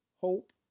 hope